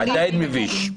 עדיין מביש.